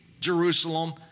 Jerusalem